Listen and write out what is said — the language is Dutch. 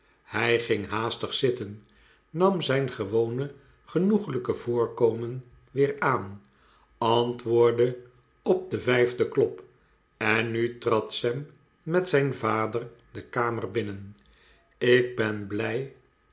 hij ging haastig zitten nam zijn gewone genoeglijke voorkomen weer aan antwoordde op den vijfden klop en nu trad sam met zijn vader de kamer binnen ik ben blij